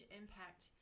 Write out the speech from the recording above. impact